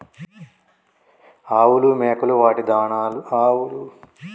ఆవులు మేకలు వాటి దాణాలు ఎలాంటి మార్కెటింగ్ లో తీసుకోవాలి?